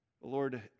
Lord